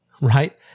right